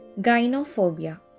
Gynophobia